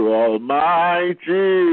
almighty